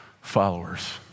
followers